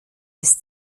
des